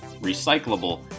recyclable